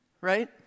right